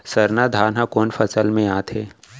सरना धान ह कोन फसल में आथे?